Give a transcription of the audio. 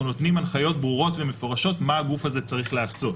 אנחנו נותנים הנחיות ברורות ומפורשות מה הגוף הזה צריך לעשות.